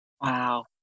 Wow